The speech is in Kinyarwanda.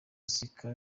zika